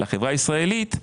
לחברה הישראלית,